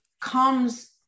comes